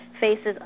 faces